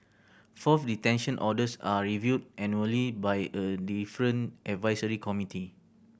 fourth detention orders are reviewed annually by a different advisory committee